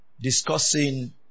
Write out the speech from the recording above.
discussing